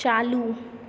चालू